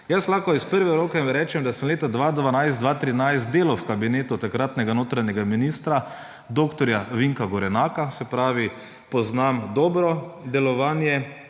Lahko iz prve roke rečem, da sem leta 2012/2013 delal v kabinetu takratnega notranjega ministra dr. Vinka Gorenaka, se pravi, poznam dobro delovanje